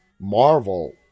Marvel